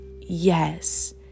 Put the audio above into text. yes